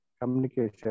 communication